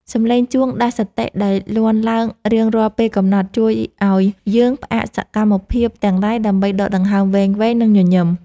សំឡេងជួងដាស់សតិដែលលាន់ឡើងរៀងរាល់ពេលកំណត់ជួយឱ្យយើងផ្អាកសកម្មភាពទាំងឡាយដើម្បីដកដង្ហើមវែងៗ និង ញញឹម។